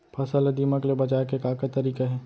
फसल ला दीमक ले बचाये के का का तरीका हे?